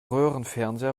röhrenfernseher